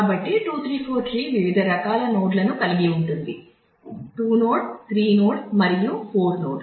కాబట్టి 2 3 4 ట్రీ వివిధ రకాల నోడ్లను కలిగి ఉంటుంది 2 నోడ్ 3 నోడ్ మరియు 4 నోడ్